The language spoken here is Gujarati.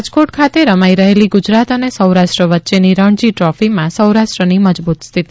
રાજકોટ ખાતે રમાઇ રહેલી ગુજરાત અને સૌરાષ્ટ્ર વચ્ચેની રણજી દ્રોફીમાં સૌરાષ્ટ્રની મજબુત સ્થિતિ